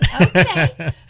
Okay